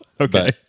Okay